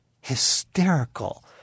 hysterical